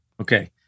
Okay